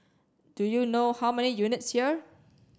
do you know how many units here